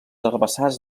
herbassars